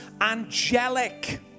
angelic